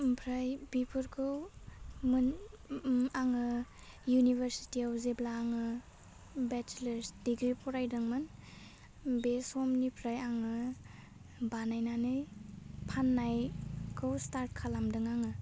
आफ्राय बेफोरखौ मोन ओम आङो इउनिभार्सिटियाव जेब्ला आङो बेचेलोर डिग्रि फरायदोंमोन बे समनिफ्राय आङो बानायनानै फान्नायखौ स्टार्ट खालामदों आङो